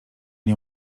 nie